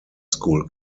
school